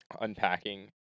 Unpacking